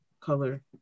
color